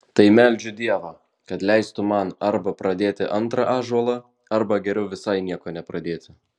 tai meldžiu dievą kad leistų man arba pradėti antrą ąžuolą arba geriau visai nieko nepradėti